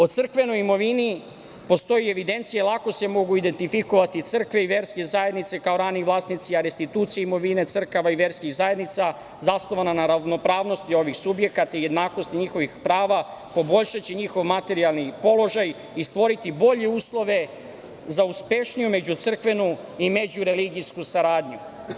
O crkvenoj imovini postoje evidencije i lako se mogu identifikovati crkve i verske zajednice kao raniji vlasnici, a restitucija imovine crkvama i verskih zajednica zasnovana na ravnopravnosti ovih subjekata i jednakosti njihovih prava poboljšaće njihov materijalni položaj i stvoriti bolje uslove za uspešniju međucrkvenu i međureligijsku saradnju.